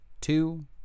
Two